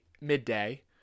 midday